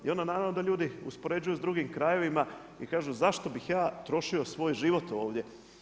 I onda naravno da ljudi uspoređuju s drugim krajevima i kažu zašto bih ja trošio svoj život ovdje.